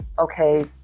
okay